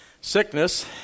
sickness